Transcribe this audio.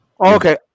Okay